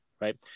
right